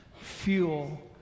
fuel